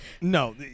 No